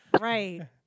Right